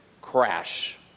crash